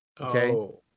Okay